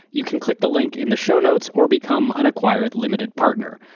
you can click the link in the show notes or become an acquired limited partner.